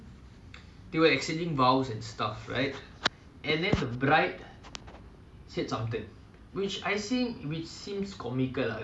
like if you truly love the person if you truly want the person the person you should want the person to be better if I die